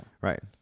Right